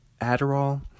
Adderall